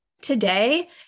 today